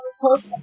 hope